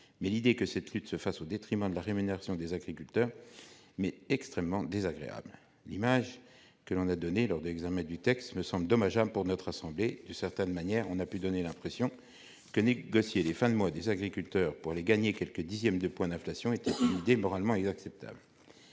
mais l'idée que cette lutte se fasse au détriment de la rémunération des agriculteurs m'est extrêmement désagréable. L'image que nous avons donnée lors de l'examen du texte me semble dommageable pour notre assemblée. D'une certaine manière, nous avons pu donner l'impression que négocier les fins de mois des agriculteurs pour gagner quelques dixièmes de points d'inflation était une idée moralement acceptable.